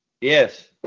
Yes